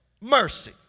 mercy